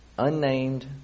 Unnamed